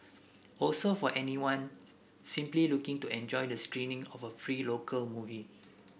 also for anyone simply looking to enjoy the screening of a free local movie